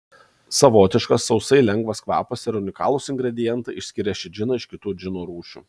savotiškas sausai lengvas kvapas ir unikalūs ingredientai išskiria šį džiną iš kitų džino rūšių